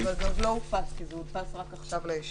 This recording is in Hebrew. אבל זה עוד לא הופץ, כי זה הודפס רק עכשיו לישיבה.